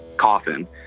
coffin